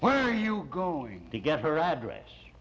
why are you going to get her address